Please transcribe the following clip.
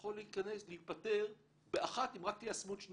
יכול להיפתר באחת אם רק תיישמו את שני